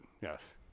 yes